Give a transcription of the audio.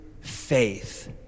faith